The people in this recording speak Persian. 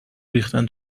ریختن